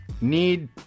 Need